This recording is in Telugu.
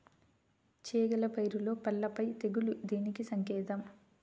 చేగల పైరులో పల్లాపై తెగులు దేనికి సంకేతం?